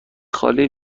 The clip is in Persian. خالی